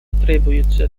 требуются